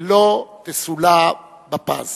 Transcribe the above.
שלא תסולא בפז.